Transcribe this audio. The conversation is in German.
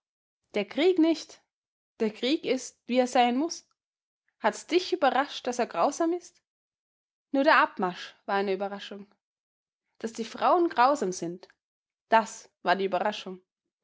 der krieg nicht der krieg ist wie er sein muß hat's dich überrascht daß er grausam ist nur der abmarsch war eine überraschung daß die frauen grausam sind das war die überraschung